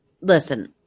Listen